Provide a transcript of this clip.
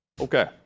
Okay